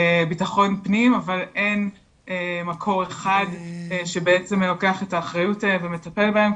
ביטחון פנים - אבל אין מקור אחד שבעצם לוקח את האחריות ומטפל בהם.